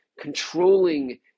controlling